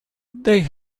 they